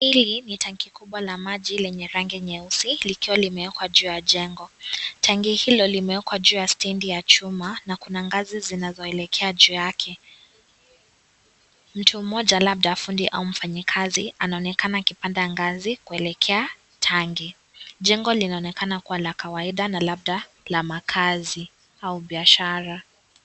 Ili ni tangi kubwa la maji lenye rangi nyeusi ilikiwa limewekwa juu ya jengo. Tangi hilo limewkwa juu ya stendi ya chuma na kuna ngazi zinazoilekea juuu yake. Mtu moja labda fundi au mfanyi kazi anonekana akipanda ngazi kuelekea tangi. jengo linaonekana kuwa la kawaida na labda la makazi au biashara.